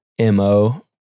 MO